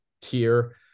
tier